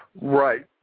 Right